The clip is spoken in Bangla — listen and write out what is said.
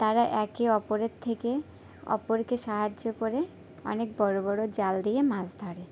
তারা একে অপরের থেকে অপরকে সাহায্য করে অনেক বড় বড় জাল দিয়ে মাছ ধরে